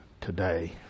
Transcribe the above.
today